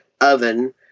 oven